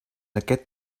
aquest